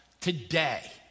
today